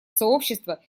сообщества